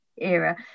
era